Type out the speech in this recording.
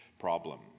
problem